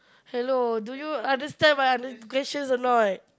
hello do you understand my other questions or not